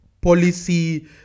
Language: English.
policy